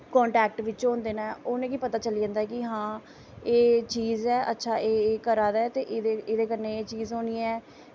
contact बिच्च होंदे न उ'नें गी पता चली जंदा ऐ कि हां एह् चीज ऐ अच्छा एह् एह् करा दा ऐ ते एह्दे कन्नै एह् चीड़ होनी ऐ